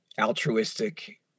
altruistic